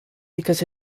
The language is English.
because